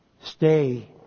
Stay